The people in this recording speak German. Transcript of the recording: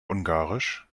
ungarisch